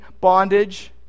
bondage